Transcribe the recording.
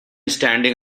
standing